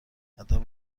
ادب